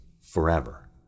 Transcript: forever